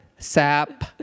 sap